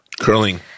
curling